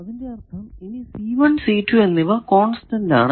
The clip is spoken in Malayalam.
അതിന്റെ അർഥം ഇനി എന്നിവ കോൺസ്റ്റന്റ് ആണ്